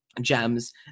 gems